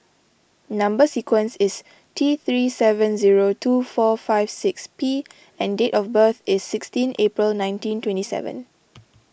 Number Sequence is T three seven zero two four five six P and date of birth is sixteen April nineteen twenty seven